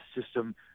system